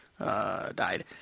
died